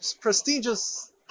prestigious